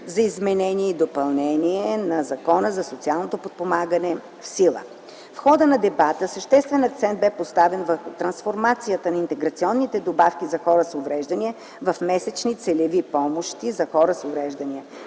за изменение и допълнение на Закона за социално подпомагане. В хода на дебата съществен акцент бе поставен върху трансформацията на интеграционните добавки за хора с увреждания в месечни целеви помощи за хора с увреждания.